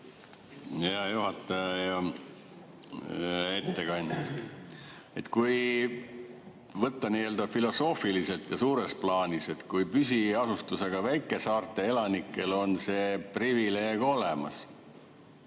Hea ettekandja! Kui võtta nii‑öelda filosoofiliselt ja suures plaanis, et püsiasustusega väikesaarte elanikel on see privileeg olemas,